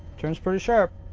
turns pretty sharp.